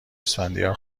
اسفندیار